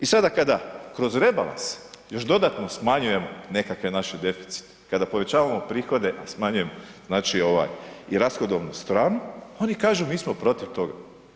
I sada kada kroz rebalans još dodatno smanjujemo nekakve naše deficite, kada povećamo prihode a smanjujemo i rashodovnu stranu oni kažu mi smo protiv toga.